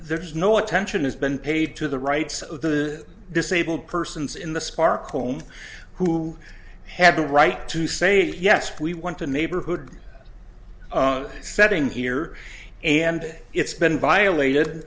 there's no attention has been paid to the rights of the disabled persons in the spark home who have the right to say yes we want to neighborhood setting here and it's been violated